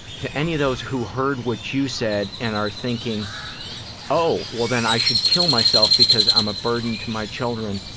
to any of those who heard what you said and are thinking oh, well then i should kill myself because i'm a burden to my children,